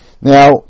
Now